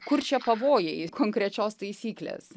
kur čia pavojai konkrečios taisyklės